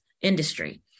industry